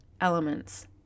elements